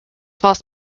false